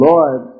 Lord